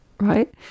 Right